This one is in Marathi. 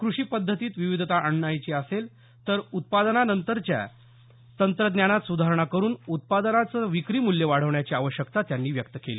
कृषी पद्धतीत विविधता आणायची तसंच तरच्या उत्पादना नं तंत्रज्ञानात सुधारणा करून उत्पादनाचंविक्री मूल्य वाढवण्याची आवश्यकतात्यांनी व्यक्त केली